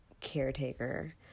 caretaker